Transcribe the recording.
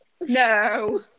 no